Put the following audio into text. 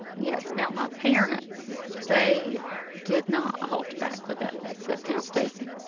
yes. now, my parents, they did not hold back with that. they said, now, stacy,